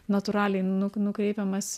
natūraliai nuk nukreipiamas